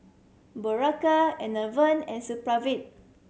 Berocca Enervon and Supravit